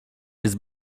jest